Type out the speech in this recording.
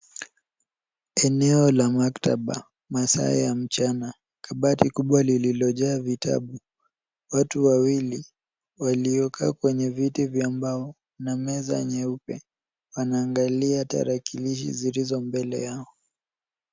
Eneo la maktaba, masaa ya mchana, kabati kubwa lililojaa vitabu, watu wawili waliokaa kwenye viti vya mbao na meza nyeupe wanaangalia tarakilishi zilizo mbele yao.